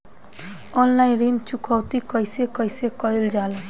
Online ऋण चुकौती कइसे कइसे कइल जाला?